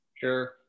sure